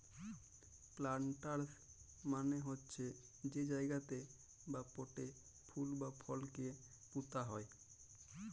planters মালে হছে যে জায়গাতে বা পটে ফুল বা ফলকে পুঁতা যায়